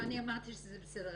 לא, אני אמרתי שזה בסדר.